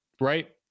Right